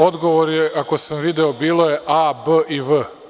Odgovor je, ako sam video a), b) i v)